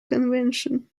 convention